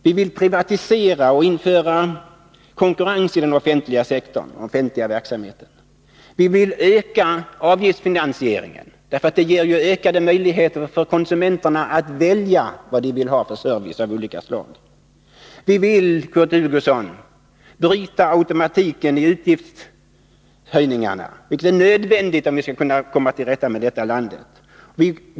Vi vill privatisera och införa konkurrens i den offentliga verksamheten. Vi vill öka avgiftsfinansieringen, eftersom det ger ökade möjligheter för konsumenterna att välja vad de vill ha för service av olika slag. Och vi vill, Kurt Hugosson, bryta automatiken i utgiftshöjningarna, vilket är nödvändigt om vi skall kunna komma till rätta med det här landet.